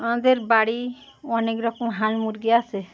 আমাদের বাড়ি অনেক রকম হাল মুরগি আছে